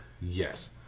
Yes